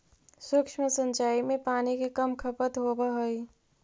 सूक्ष्म सिंचाई में पानी के कम खपत होवऽ हइ